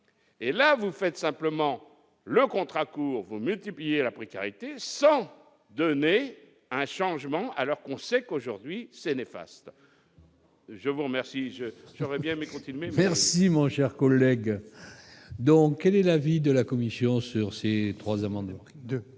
et là vous faites simplement le contrat court vous multipliez la précarité, ça donnait un changement, alors qu'on sait qu'aujourd'hui c'est néfaste. Je vous remercie, je voudrais bien, mais c'est une mais. Merci mon cher collègue, donc quel est l'avis de la Commission sur ces 3 amendements